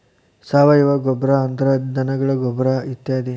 ಸಾವಯುವ ಗೊಬ್ಬರಾ ಅಂದ್ರ ಧನಗಳ ಗೊಬ್ಬರಾ ಇತ್ಯಾದಿ